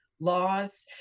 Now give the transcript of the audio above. laws